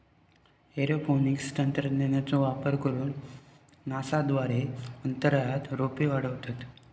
aeroponics तंत्रज्ञानाचो वापर करून नासा द्वारे अंतराळात रोपे वाढवतत